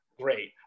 great